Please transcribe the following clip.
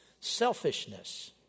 Selfishness